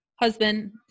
husband